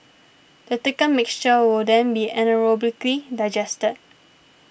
the thickened mixture will then be anaerobically digested